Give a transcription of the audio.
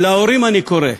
להורים אני קורא,